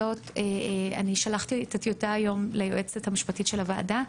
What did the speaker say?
אני שלחתי היום את הטיוטה ליועצת המשפטית של הוועדה.